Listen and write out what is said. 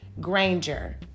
Granger